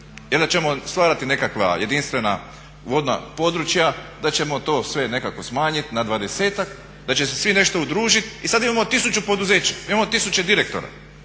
onda ćemo stvarati nekakva jedinstvena vodna područja da ćemo to sve nekako smanjit na dvadeseta, da će se svi nešto udružiti i sada imamo tisuću poduzeća, imamo tisuće direktora.